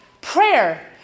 Prayer